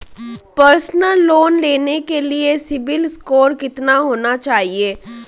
Personal loan लेने के लिए सिबिल स्कोर कितना होना चाहिए?